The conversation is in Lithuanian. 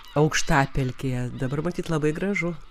aukštapelkėje dabar matyt labai gražu